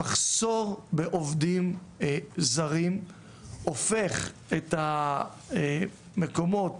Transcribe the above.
המחסור בעובדים זרים הופך את המקודמות